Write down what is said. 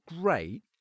great